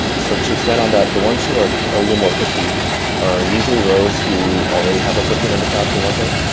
so to expand on that, the ones who are a little more picky are usually those who already have a footprint in the cloud for one thing,